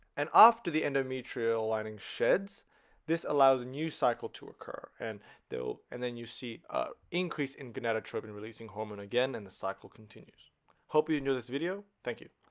and after the endometrial lining sheds this allows a new cycle to occur and though and then you see a increase in gonadotropin releasing hormone again and the cycle continues hope you enjoy this video. thank you